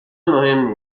مهم